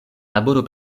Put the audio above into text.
laboro